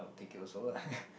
take it also lah